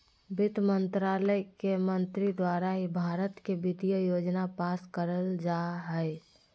वित्त मन्त्रालय के मंत्री द्वारा ही भारत के वित्तीय योजना पास करल जा हय